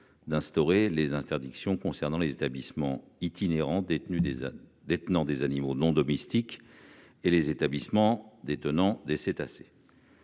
d'instaurer une interdiction, pour les établissements itinérants détenant des animaux non domestiques et pour les établissements détenant des cétacés.